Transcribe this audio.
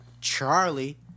Charlie